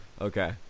Okay